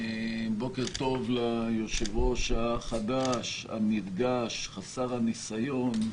בוקר טוב ליושב-ראש החדש, הנרגש, חסר הניסיון,